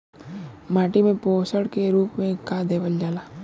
माटी में पोषण के रूप में का देवल जाला?